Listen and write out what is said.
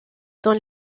dans